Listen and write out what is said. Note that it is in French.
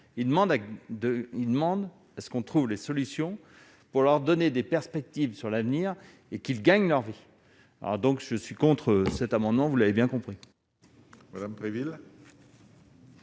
il demande à ce qu'on trouve les solutions pour leur donner des perspectives sur l'avenir et qu'ils gagnent leur vie, alors donc je suis contre cet amendement, vous l'avez bien compris.